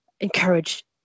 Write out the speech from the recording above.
encourage